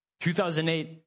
2008